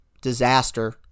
disaster